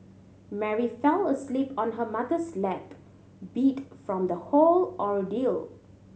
Mary fell asleep on her mother's lap beat from the whole ordeal